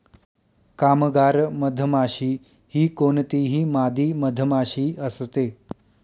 कामगार मधमाशी ही कोणतीही मादी मधमाशी असते